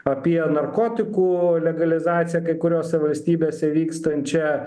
apie narkotikų legalizaciją kai kuriose valstybėse vykstančią